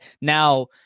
now